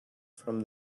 from